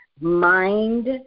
mind